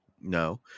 No